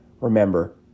Remember